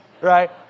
Right